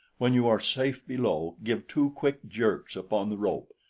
when you are safe below, give two quick jerks upon the rope.